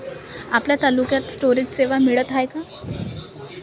आपल्या तालुक्यात स्टोरेज सेवा मिळत हाये का?